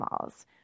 malls